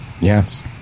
Yes